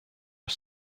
are